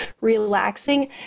relaxing